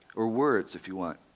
or words, if you want.